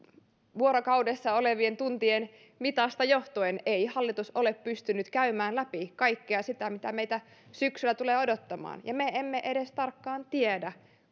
vuorokaudessa olevien tuntien mitasta johtuen ei hallitus ole pystynyt käymään läpi kaikkea sitä mitä meitä syksyllä tulee odottamaan ja me emme edes tarkkaan tiedä